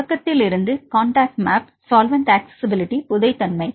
மாணவர் தொடக்கத்தில் இருந்து காண்டாக்ட் மேப் சால்வெண்ட் அக்சஸிஸிபிலிட்டி மாணவர் புதை தன்மை